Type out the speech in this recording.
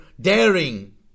daring